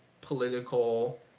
political